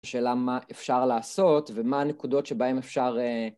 שאלה מה אפשר לעשות ומה הנקודות שבהם אפשר